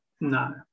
No